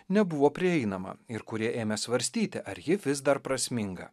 nebuvo prieinama ir kurie ėmė svarstyti ar ji vis dar prasminga